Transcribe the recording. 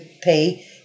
pay